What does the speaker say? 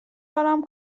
دارم